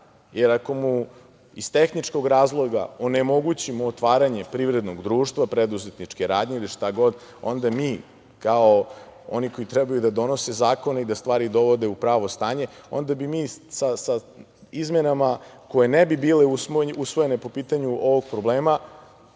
jer ako mu iz tehničkog razloga onemogućimo otvaranje privrednog društva, preduzetničke radnje ili šta god, onda mi kao oni koji trebaju da donose zakone i da stvari dovode u pravo stanje, onda bi mi sa izmenama koje ne bi bile usvojene po pitanju ovog problema,